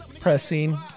pressing